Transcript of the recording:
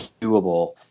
doable